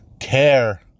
Care